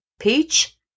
peach